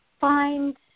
find